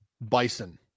bison